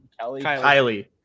Kylie